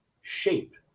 shape